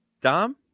Dom